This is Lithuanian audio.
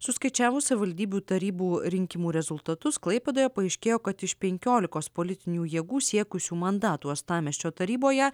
suskaičiavus savivaldybių tarybų rinkimų rezultatus klaipėdoje paaiškėjo kad iš penkiolikos politinių jėgų siekusių mandatų uostamiesčio taryboje